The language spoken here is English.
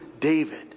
David